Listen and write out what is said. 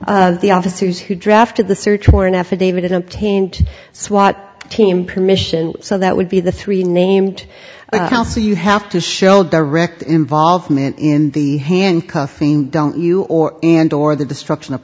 the officers who drafted the search warrant affidavit obtained swat team permission so that would be the three named also you have to show direct involvement in the handcuffing don't you or and or the destruction of